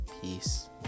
peace